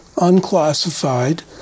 unclassified